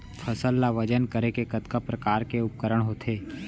फसल ला वजन करे के कतका प्रकार के उपकरण होथे?